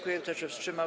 Kto się wstrzymał?